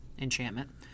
enchantment